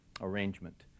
arrangement